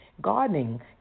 Gardening